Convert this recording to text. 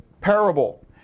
parable